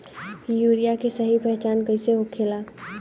Urea के सही पहचान कईसे होखेला?